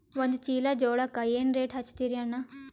ಒಂದ ಚೀಲಾ ಜೋಳಕ್ಕ ಏನ ರೇಟ್ ಹಚ್ಚತೀರಿ ಅಣ್ಣಾ?